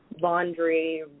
laundry